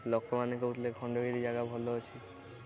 ଲୋକମାନେ କହୁଥିଲେ ଖଣ୍ଡଗିରି ଜାଗା ଭଲ ଅଛି